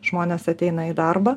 žmonės ateina į darbą